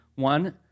one